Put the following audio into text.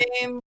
game